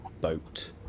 boat